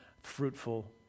fruitful